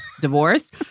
divorce